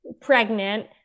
pregnant